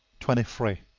twenty three.